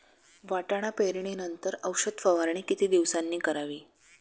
वाटाणा पेरणी नंतर औषध फवारणी किती दिवसांनी करावी?